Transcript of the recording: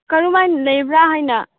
ꯀꯔꯝꯃꯥꯏꯅ ꯂꯩꯕ꯭ꯔꯥ ꯍꯥꯏꯅ